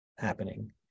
happening